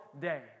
day